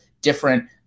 different